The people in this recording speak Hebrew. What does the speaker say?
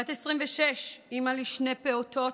בת 26, אימא לשני פעוטות,